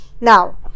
Now